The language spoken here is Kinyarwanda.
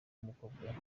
umukobwa